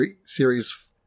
series